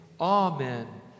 Amen